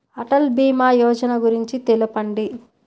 అటల్ భీమా యోజన గురించి తెలుపండి?